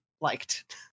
liked